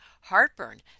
Heartburn